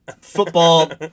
football